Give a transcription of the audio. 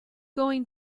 going